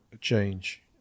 change